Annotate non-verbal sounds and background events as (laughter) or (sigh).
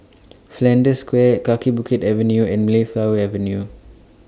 (noise) Flanders Square Kaki Bukit Avenue and Mayflower Avenue